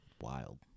wild